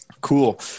Cool